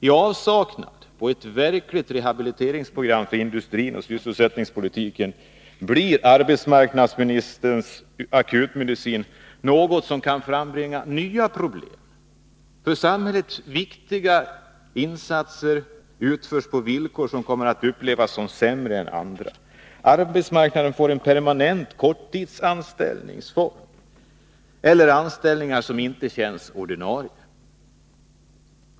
I avsaknad av ett verkligt rehabiliteringsprogram för industrin och sysselsättningspolitiken blir arbetsmarknadsministerns akutmedicin något som kan frambringa nya problem. För samhället viktiga insatser utförs på villkor som kommer att upplevas som sämre än andra. Arbetsmarknaden får en anställningsform som innebär permanent korttidsanställning — anställningar som inte känns ordinarie.